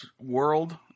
world